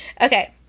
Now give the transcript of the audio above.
Okay